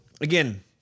again